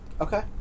Okay